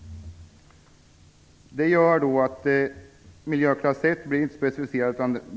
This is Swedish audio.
Det gör att miljöklass 1 inte blir specificerad.